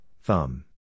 thumb